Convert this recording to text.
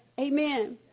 Amen